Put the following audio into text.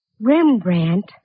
Rembrandt